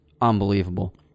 unbelievable